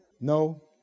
no